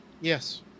yes